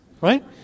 right